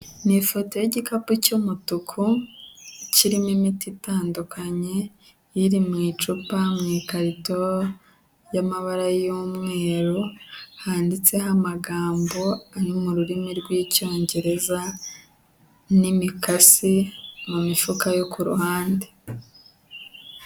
Ni ifoto y'igikapu cy'umutuku, kirimo imiti itandukanye iri mu icupa mu ikarito y'amabara y'umweru handitseho amagambo ari mu rurimi rw'icyongereza n'imikasi mu mifuka yo ku ruhande.